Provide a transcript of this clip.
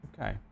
Okay